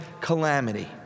calamity